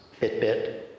Fitbit